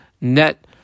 net